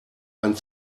ein